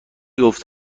گفت